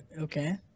Okay